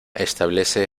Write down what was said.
establece